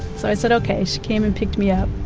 so i sa id, okay. she came and picked me up.